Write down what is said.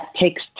takes